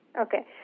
Okay